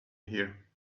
here